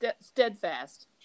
steadfast